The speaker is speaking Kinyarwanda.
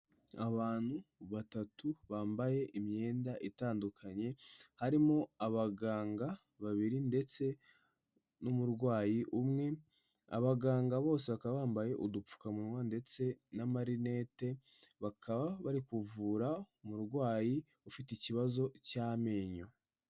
Abantu batatu bambaye imyenda itandukanye, harimo abaganga babiri ndetse n'umurwayi umwe, abaganga bose bakaba bambaye udupfukamunwa ndetse n'amarinete, bakaba bari kuvura umurwayi ufite ikibazo cy'amenyo.